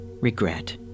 regret